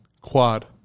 Quad